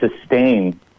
sustain